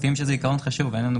בעקרונות.